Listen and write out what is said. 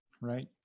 Right